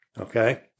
Okay